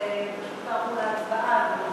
אז כבר עברו להצבעה.